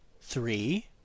three